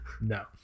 No